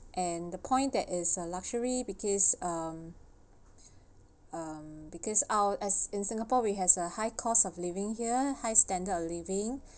and the point that is a luxury because um um because our as in singapore we has a high cost of living here high standard of living